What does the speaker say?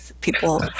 People